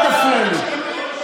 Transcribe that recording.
אל תפריע לי.